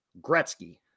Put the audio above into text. Gretzky